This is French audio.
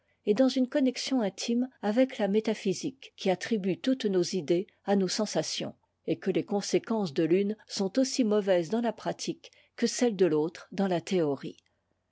est dans une connexion intime avec ta métaphysique qui attribue toutes nos idées à nos sensations et que les conséquences de l'une sont aussi mauvaises dans la pratique que celles de l'autre dans la théorie